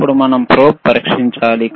ఇప్పుడు మనం ప్రోబ్ను పరీక్షించాలి